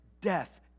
death